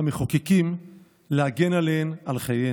המחוקקים, להגן עליהן, על חייהן.